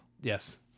Yes